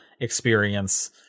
experience